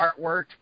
artwork